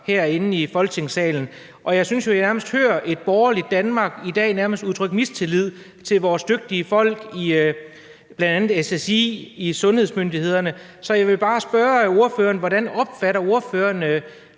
herinde i Folketingssalen, og jeg synes jo, at jeg hører et borgerligt Danmark i dag nærmest udtrykke mistillid til vores dygtige folk i bl.a. SSI, hos sundhedsmyndighederne, så jeg vil bare spørge ordføreren, hvordan ordføreren